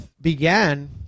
began